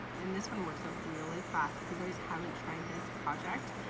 and this one works up really fast. if you guys haven't tried this project,